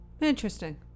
Interesting